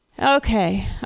okay